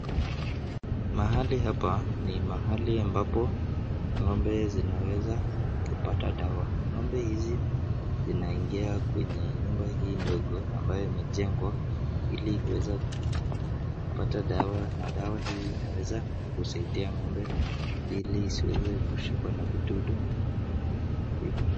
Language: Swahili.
Mahali hapa ni mahali ambapo ng'ombe zinaweza kupata dawa. Ng'ombe hizi zinaingia kwenye nyumba hii ndogo ambayo imejengwa ili kuweza kupata dawa na dawa hii inaweza kusaidia ng'ombe ili isiweze kushikwa na vidudu.